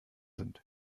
sind